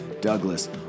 Douglas